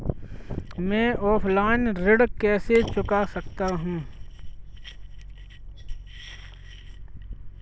मैं ऑफलाइन ऋण कैसे चुका सकता हूँ?